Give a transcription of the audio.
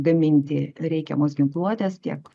gaminti reikiamos ginkluotės tiek